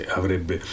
avrebbe